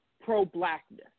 pro-blackness